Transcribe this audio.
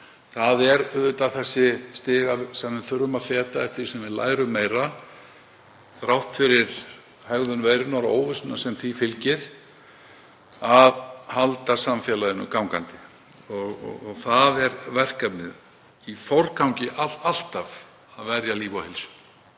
Það eru auðvitað þessi stig sem við þurfum að feta eftir því sem við lærum meira, þrátt fyrir hegðun veirunnar og óvissuna sem því fylgir, að halda samfélaginu gangandi. Það er verkefnið, það er alltaf í forgangi að verja líf og heilsu.